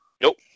Nope